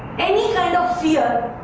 any kind of fear.